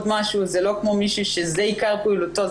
משהו זה לא כמו מישהו שזה עיקר פעולתו,